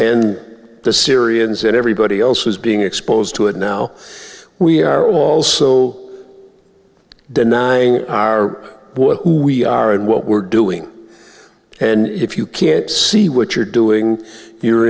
and the syrians and everybody else was being exposed to it now we are also denying our boy who we are and what we're doing and if you can't see what you're doing you're